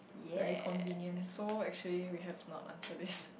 yea so actually we have not answered this